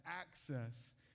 access